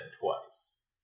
twice